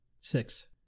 Six